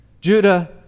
Judah